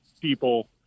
people